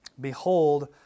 Behold